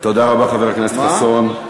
תודה רבה, חבר הכנסת חסון.